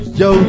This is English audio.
yo